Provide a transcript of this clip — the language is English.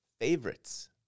favorites